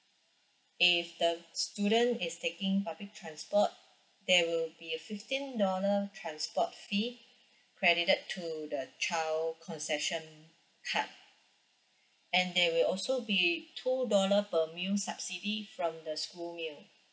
if the student is taking public transport there will be a fifteen dollar transport fee credited to the child concession card and there will also be two dollar per meal subsidy from the school meal